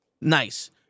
Nice